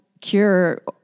cure